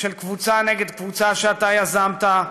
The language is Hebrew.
של קבוצה נגד קבוצה שאתה יזמת,